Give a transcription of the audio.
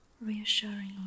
reassuringly